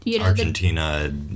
Argentina